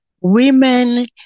women